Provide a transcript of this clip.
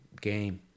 game